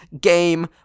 game